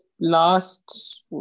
last